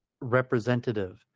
representative